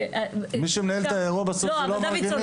מי שמנהל את האירוע זה לא המארגנים.